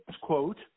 quote